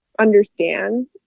understand